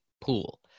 pool